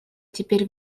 теперь